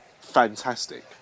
Fantastic